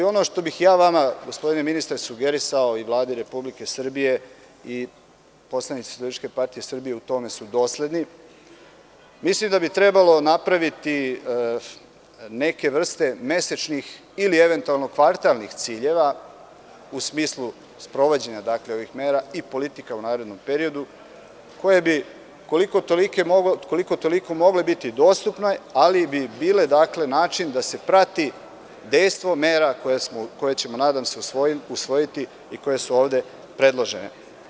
Ono što bih sugerisao vama, gospodine ministre i Vladi Republike Srbije, i poslanici SPS su u tome dosledni, mislim da bi trebalo napraviti neke vrste mesečnih ili eventualno kvartalnih ciljeva u smislu sprovođenja ovih mera i politika u narednom periodu, koje bi, koliko toliko, mogle biti dostupne, ali bi bile način da se prati dejstvo mera koje ćemo, nadam se, usvojiti i koje su ovde predložene.